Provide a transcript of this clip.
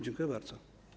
Dziękuję bardzo.